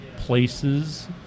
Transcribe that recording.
places